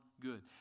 good